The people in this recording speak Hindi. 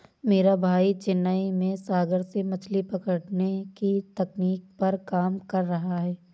मेरा भाई चेन्नई में सागर से मछली पकड़ने की तकनीक पर काम कर रहा है